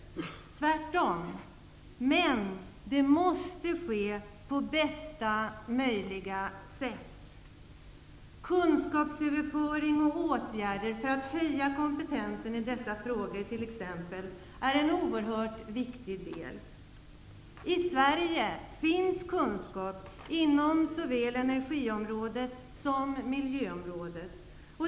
Tvärtom, men det måste ske på bästa möjliga sätt. Kunskapsöverföring och åtgärder för att höja kompetensen i t.ex. dessa frågor är en oerhört viktig del. I Sverige finns kunskap inom såväl energiområdet som miljöområdet.